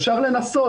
אפשר לנסות.